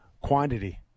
Quantity